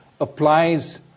applies